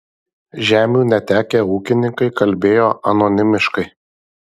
žemių netekę ūkininkai kalbėjo anonimiškai